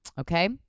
Okay